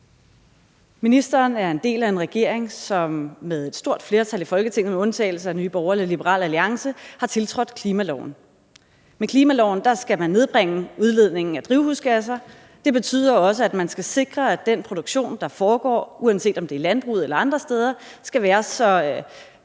Ministeren er en del af en regering, som med et stort flertal i Folketinget med undtagelse af Nye Borgerlige og Liberal Alliance har tiltrådt klimaloven. Med klimaloven skal man nedbringe udledningen af drivhusgasser, og det betyder også, at man skal sikre, at den produktion, der foregår, uanset om det er i landbruget eller andre steder, skal være så